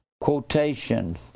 quotation